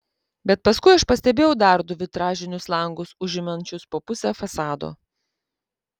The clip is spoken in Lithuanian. bet paskui aš pastebėjau dar du vitražinius langus užimančius po pusę fasado